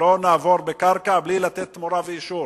לא נעבור בקרקע בלי לתת תמורה ואישור.